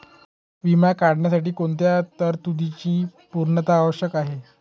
विमा काढण्यासाठी कोणत्या तरतूदींची पूर्णता आवश्यक आहे?